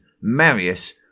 Marius